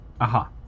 Aha